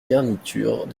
garniture